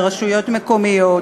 לרשויות מקומיות,